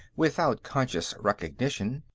without conscious recognition.